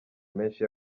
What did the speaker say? menshi